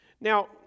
Now